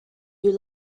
you